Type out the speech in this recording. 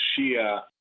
Shia